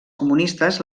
comunistes